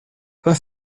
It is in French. pas